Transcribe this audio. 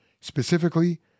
Specifically